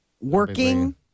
Working